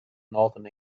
northern